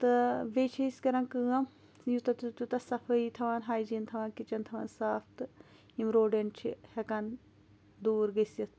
تہٕ بییٚہِ چھِ أسۍ کَران کٲم یوٗتاہ تہٕ تیٚوتاہ تَتھ صَفٲیی تھاوان ہایجیٖن تھاوان کِچَن تھاوان صاف تہٕ یِم روڈنٹ چھِ ہیٚکان دوٗر گٔژھِتھ